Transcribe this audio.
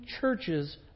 churches